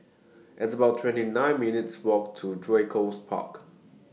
It's about twenty nine minutes' Walk to Draycott Park